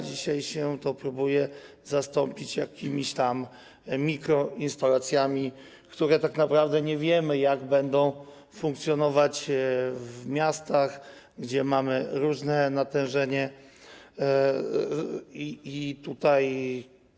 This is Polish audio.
Dzisiaj się to próbuje zastąpić jakimiś tam mikroinstalacjami, a tak naprawdę nie wiemy, jak będą one funkcjonować w miastach, gdzie mamy różne natężenie tego.